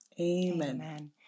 Amen